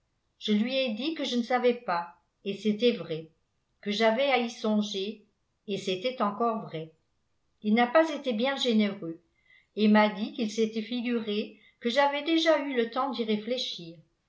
je lui ai dit que je ne savais pas et c'était vrai que j'avais à y songer et c'était encore vrai il n'a pas été bien généreux et m'a dit qu'il s'était figuré que j'avais déjà eu le temps d'y réfléchir